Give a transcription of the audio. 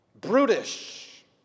brutish